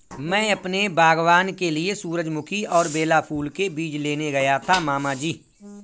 मैं अपने बागबान के लिए सूरजमुखी और बेला फूल के बीज लेने गया था मामा जी